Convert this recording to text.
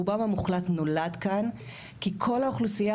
רובם המוחלט נולד כאן כי כל האוכלוסייה